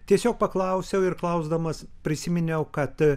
tiesiog paklausiau ir klausdamas prisiminiau kad